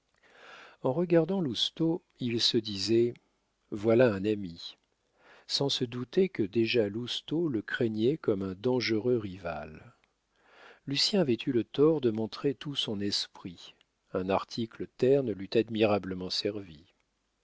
en regardant lousteau il se disait voilà un ami sans se douter que déjà lousteau le craignait comme un dangereux rival lucien avait eu le tort de montrer tout son esprit un article terne l'eût admirablement servi